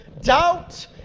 doubt